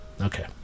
Okay